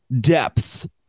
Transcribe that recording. depth